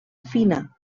fina